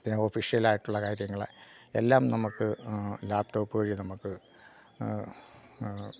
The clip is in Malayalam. പിന്നെ ഓഫിഷ്യലായിട്ടുള്ള കാര്യങ്ങൾ എല്ലാം നമുക്ക് ലാപ്ടോപ്പ് വഴി നമുക്ക്